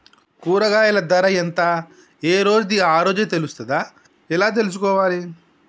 కూరగాయలు ధర ఎంత ఏ రోజుది ఆ రోజే తెలుస్తదా ఎలా తెలుసుకోవాలి?